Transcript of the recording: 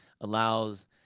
allows